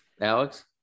Alex